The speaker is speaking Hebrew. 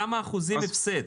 כמה אחוזים הפסד?